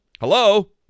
hello